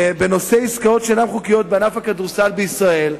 בנושא עסקאות שאינן חוקיות בענף הכדורסל בישראל,